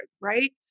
right